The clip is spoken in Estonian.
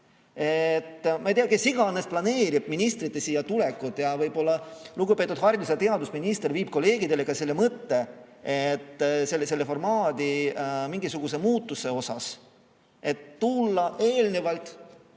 Ma ei tea, kes iganes planeerib ministritest siia tulekut, võib-olla lugupeetud haridus‑ ja teadusminister viib kolleegidele ka mõtte sellise formaadi mingisuguse muudatuse kohta, et tulla eelnevalt,